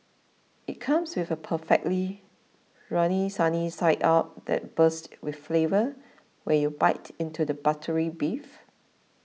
it comes with a perfectly runny sunny side up that bursts with flavour when you bite into the buttery beef